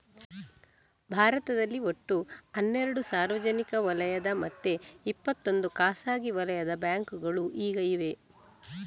ಭಾರತದಲ್ಲಿ ಒಟ್ಟು ಹನ್ನೆರಡು ಸಾರ್ವಜನಿಕ ವಲಯದ ಮತ್ತೆ ಇಪ್ಪತ್ತೊಂದು ಖಾಸಗಿ ವಲಯದ ಬ್ಯಾಂಕುಗಳು ಈಗ ಇವೆ